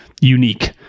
unique